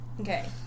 Okay